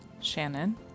shannon